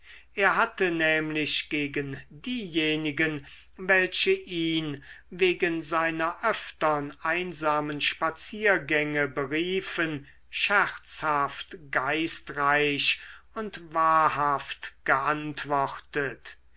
er hatte nämlich gegen diejenigen welche ihn wegen seiner öftern einsamen spaziergänge beriefen scherzhaft geistreich und wahrhaft geantwortet